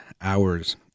hours